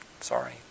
Sorry